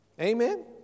Amen